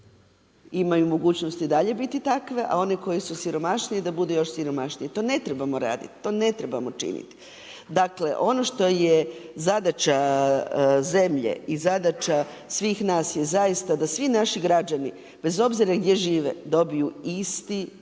imaju mogućnosti i dalje biti takve a one koje su siromašnije da budu još siromašnije. To ne trebamo raditi, to ne trebamo činiti. Dakle ono što je zadaća zemlje i zadaća svih nas je zaista da svi naši građani bez obzira gdje žive dobiju isti, barem